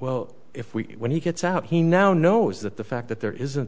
well if we when he gets out he now knows that the fact that there isn't